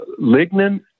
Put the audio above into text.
lignin